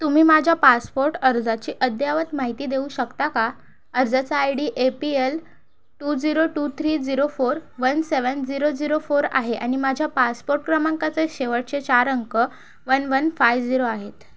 तुम्ही माझ्या पासपोर्ट अर्जाची अद्ययावत माहिती देऊ शकता का अर्जाचा I D A P L two zero two three zero four one seven zero zero four आहे आणि माझ्या पासपोट क्रमांकाचे शेवटचे चार अंक वन वन फाय झिरो आहेत